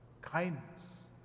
kindness